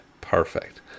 Perfect